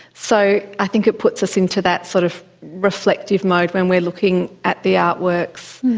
so i think it puts us into that sort of reflective mode when we're looking at the artworks.